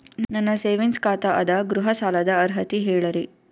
ನನ್ನ ಸೇವಿಂಗ್ಸ್ ಖಾತಾ ಅದ, ಗೃಹ ಸಾಲದ ಅರ್ಹತಿ ಹೇಳರಿ?